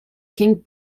king